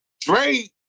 Dre